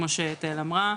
כמו שתהל אמרה,